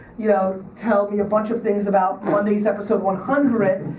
you know, tell me a bunch of things about monday's episode one hundred.